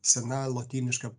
sena lotyniška